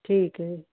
ਠੀਕ ਹੈ